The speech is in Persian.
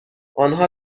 آنها